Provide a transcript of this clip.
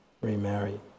remarry